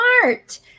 smart